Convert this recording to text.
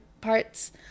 parts